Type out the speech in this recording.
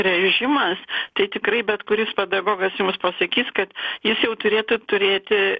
režimas tai tikrai bet kuris pedagogas jums pasakys kad jis jau turėtų turėti